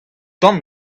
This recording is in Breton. tan